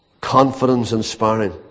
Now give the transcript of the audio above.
confidence-inspiring